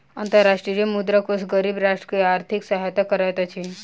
अंतर्राष्ट्रीय मुद्रा कोष गरीब राष्ट्र के आर्थिक सहायता करैत अछि